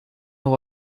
noch